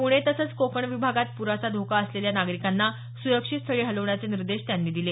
पूणे तसंच कोकण विभागात प्राचा धोका असलेल्या नागरिकांना सुरक्षित स्थळी हलवण्याचे निर्देश त्यांनी दिले